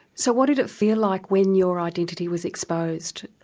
so what did it feel like when your identity was exposed?